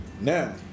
Now